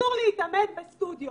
אסור להתאמן בסטודיו